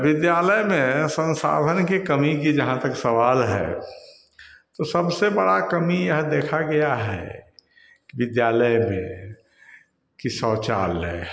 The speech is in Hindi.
विद्यालय में संसाधन की कमी का जहाँ तक सवाल है तो सबसे बड़ी कमी यह देखी गई है कि विद्यालय में कि शौचालय